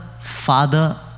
father